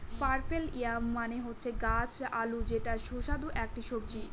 purple yam মানে হচ্ছে গাছ আলু যেটা সুস্বাদু একটি সবজি